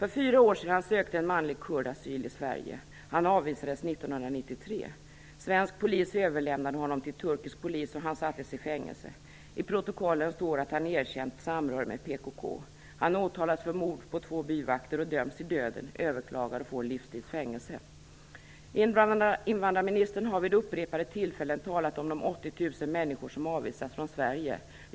För fyra år sedan sökte en manlig kurd asyl i Sverige. Han avvisades 1993. Svensk polis överlämnade honom till turkisk polis, och han sattes i fängelse. I protokollen står att han erkänt samröre med PKK. Han åtalas för mord på två byvakter. Han döms till döden, överklagar och får livstids fängelse. Invandrarministern har vid upprepade tillfällen talat om de 80 000 människor som avvisats från Sverige.